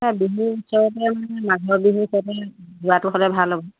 সেয়া বিহুৰ ওচৰতে মানে মাঘৰ বিহুৰ ওচৰতে যোৱাটো সদায় ভাল হ'ব